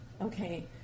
okay